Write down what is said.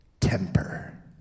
Temper